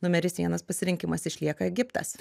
numeris vienas pasirinkimas išlieka egiptas